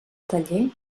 taller